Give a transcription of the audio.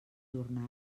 jornal